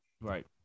Right